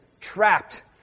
trapped